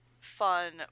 fun